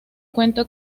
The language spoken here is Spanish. cuenta